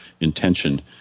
intention